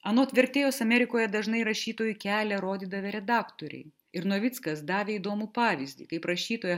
anot vertėjos amerikoje dažnai rašytojui kelią rodydavę redaktoriai ir novickas davė įdomų pavyzdį kaip rašytoja